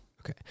okay